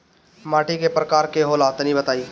माटी कै प्रकार के होला तनि बताई?